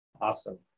Awesome